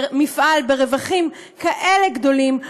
מפעל ברווחים כאלה גדולים,